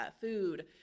food